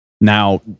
Now